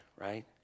right